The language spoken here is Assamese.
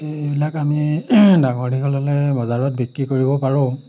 এইবিলাক আমি ডাঙৰ দীঘল হ'লে বজাৰত বিক্ৰী কৰিব পাৰোঁ